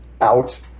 out